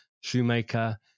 shoemaker